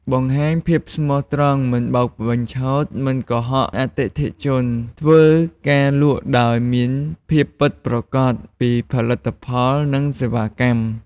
បង្ហាញភាពស្មោះត្រង់ មិនបោកបញ្ឆោត ឬកុហកអតិថិជន ធ្វើការលក់ដោយមានការពិតប្រាកដពីផលិតផល និងសេវាកម្ម។